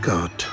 God